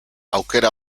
aukera